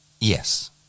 Yes